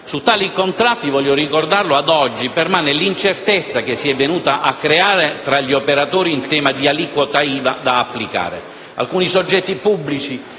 su tali contratti permane l'incertezza che si è venuta a creare tra gli operatori in tema di aliquota IVA da applicare. Alcuni soggetti pubblici